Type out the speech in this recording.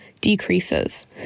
decreases